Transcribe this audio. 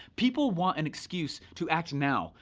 people want an excuse to act now,